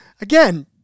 Again